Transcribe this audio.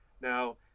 now